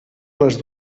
les